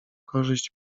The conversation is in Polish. korzyść